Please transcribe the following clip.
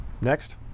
Next